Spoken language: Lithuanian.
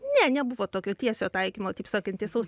ne nebuvo tokio tiesio taikymo taip sakant tiesaus